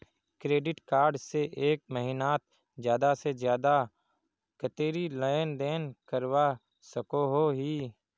Credit card से एक महीनात ज्यादा से ज्यादा कतेरी लेन देन करवा सकोहो ही?